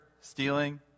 stealing